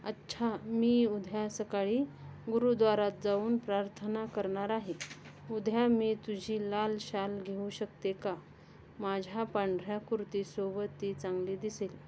अच्छा मी उद्या सकाळी गुरुद्वारात जाऊन प्रार्थना करणार आहे उद्या मी तुझी लाल शाल घेऊ शकते का माझ्या पांढऱ्या कुर्तीसोबत ती चांगली दिसेल